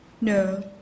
No